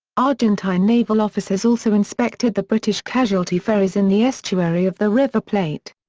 argentine naval officers also inspected the british casualty ferries in the estuary of the river plate.